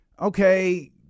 okay